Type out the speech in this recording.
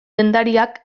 dendariak